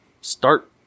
start